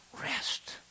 rest